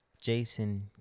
Jason